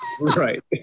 Right